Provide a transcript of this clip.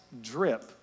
drip